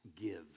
give